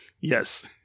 Yes